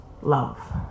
love